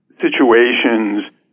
situations